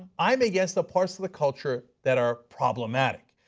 i am against the parts of the culture that are problematic.